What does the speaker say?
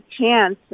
chance